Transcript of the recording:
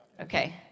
Okay